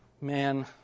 Man